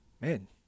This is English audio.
man